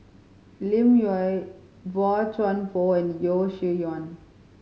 Lim Yau Boey Chuan Poh and Yeo Shih Yun